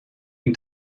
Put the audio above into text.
can